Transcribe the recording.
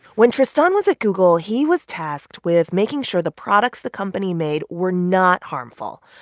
when tristan was at google, he was tasked with making sure the products the company made were not harmful.